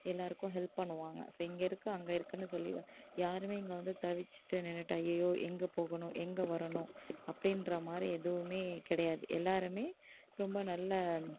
எல்லாருக்கு ஹெல்ப் பண்ணுவாங்க ஸோ இங்கேருக்கு அங்கேருக்குனு சொல்லி யாருமே இங்கே வந்து தவிச்சிகிட்டு நின்றுட்டு அய்யய்யோ எங்கே போகணும் எங்கே வரணும் அப்படின்றாமாரி எதுவுமே கிடையாது எல்லாருமே ரொம்ப நல்ல